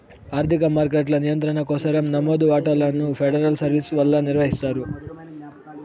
ఆర్థిక మార్కెట్ల నియంత్రణ కోసరం నమోదు వాటాలను ఫెడరల్ సర్వీస్ వల్ల నిర్వహిస్తారు